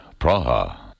Praha